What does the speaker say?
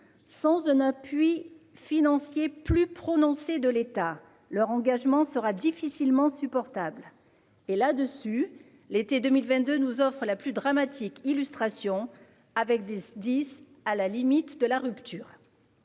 Sans un appui financier plus prononcé de l'État, leur engagement sera difficilement supportable. L'été 2022 nous en offre la plus dramatique illustration, avec des Sdis à la limite de la rupture.